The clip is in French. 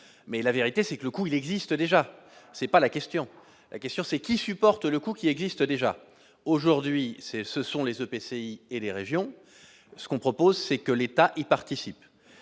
mais la vérité c'est que le coût, il existe déjà, c'est pas la question, la question c'est qui supporte le coût qui existent déjà aujourd'hui, c'est ce sont les EPCI et les régions, ce qu'on propose, c'est que l'état y participent,